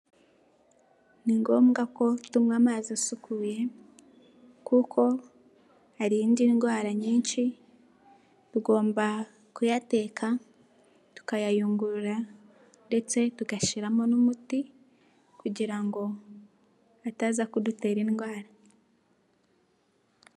Ni ngombwa ko tunywa amazi asukuye kuko arinda indwara nyinshi, tugomba kuyateka, tukayayungurura ndetse tugashyiramo n'umuti kugira ngo ataza kudutera indwara.